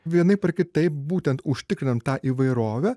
vienaip ar kitaip būtent užtikrinam tą įvairovę